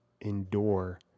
endure